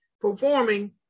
performing